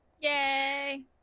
yay